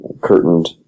curtained